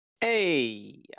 hey